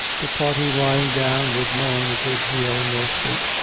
the party lying down would moan a good deal in their sleep,